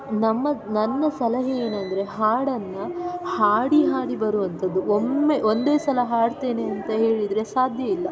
ನಮ್ಮ ನನ್ನ ಸಲಹೆ ಏನೆಂದ್ರೆ ಹಾಡನ್ನು ಹಾಡಿ ಹಾಡಿ ಬರುವಂಥದ್ದು ಒಮ್ಮೆ ಒಂದೇ ಸಲ ಹಾಡ್ತೇನೆ ಅಂತ ಹೇಳಿದರೆ ಸಾಧ್ಯ ಇಲ್ಲ